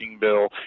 bill